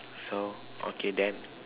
so okay then